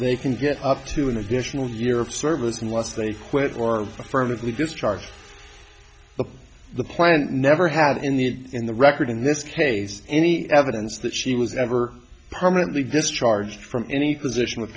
they can get up to an additional year of service unless they quit or affirmatively discharge the plant never have in the in the record in this case any evidence that she was ever permanently discharged from any position with